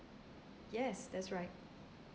yes that's right